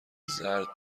زرد